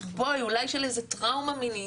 אולי של איזה טראומה מינית,